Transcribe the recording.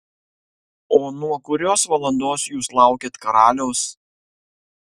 o nuo kurios valandos jūs laukėt karaliaus